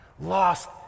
lost